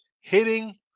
hitting